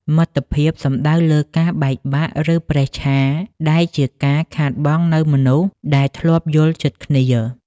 មិត្តភាពសំដៅលើការ បែកបាក់ ឬប្រេះឆា ដែលជាការខាតបង់នូវមនុស្សដែលធ្លាប់យល់ចិត្តគ្នា។